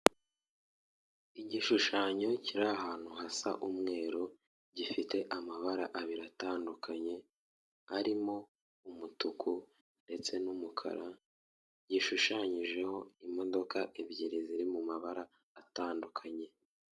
Igishushanyo kiri ahantu hasa umweru gifite amabara abiri atandukanye arimo: umutuku ndetse n'umukara, gishushanyijeho imodoka ebyiri ziri mu mabara atandukanye.